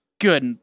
Good